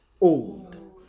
old